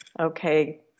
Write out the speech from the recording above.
okay